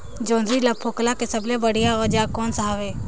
जोंदरी ला फोकला के सबले बढ़िया औजार कोन सा हवे?